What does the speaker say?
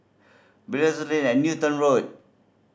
Belilios Lane Newton Road